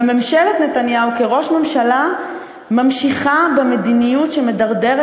וממשלת נתניהו כראש ממשלה ממשיכה במדיניות שמדרדרת